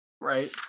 Right